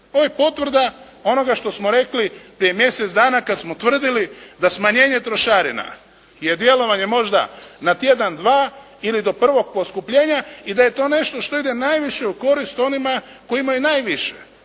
To je potvrda onoga što smo rekli prije mjesec dana kad smo tvrdili da smanjenje trošarina je djelovanje možda na tjedan, dva ili do prvog poskupljenja i da je to nešto što ide najviše u korist onima koji imaju najviše.